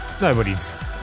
Nobody's